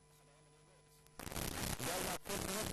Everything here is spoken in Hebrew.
לאחר האישור החשוב הזה אנחנו יכולים לסיים את